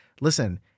listen